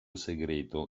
segreto